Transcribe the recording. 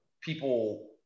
people